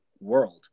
world